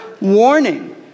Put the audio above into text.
warning